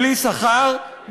בלי שכר,